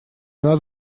нас